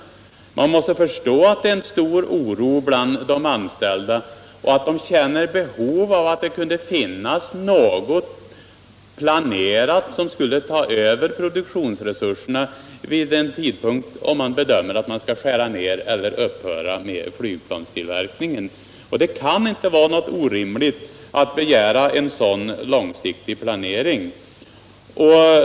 Man måste förstå att det råder stor oro bland de anställda, och att de känner behov av en planering av hur produktionsresurserna skulle tas över vid den tidpunkt man bedömer det nödvändigt att skära ner eller upphöra med flygplanstillverkningen. Det kan inte vara orimligt att begära sådan långsiktig planering.